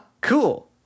cool